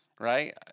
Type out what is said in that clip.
right